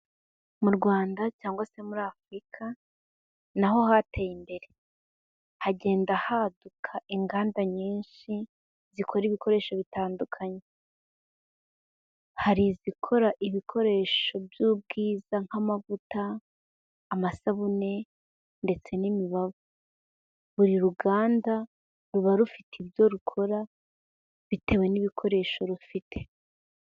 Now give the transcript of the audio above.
Mu Rwanda cyangwa se muri Afurika naho hateye imbere. Hagenda haduka inganda nyinshi zikora ibikoresho bitandukanye. Hari izikora ibikoresho by'ubwiza nk'amavuta, amasabune, ndetse n'imibavu. Buri ruganda ruba rufite ibyo rukora bitewe n'ibikoresho rufite.